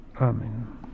Amen